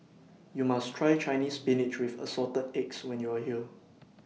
YOU must Try Chinese Spinach with Assorted Eggs when YOU Are here